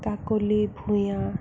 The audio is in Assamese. কাকলি ভূঞা